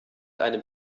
einem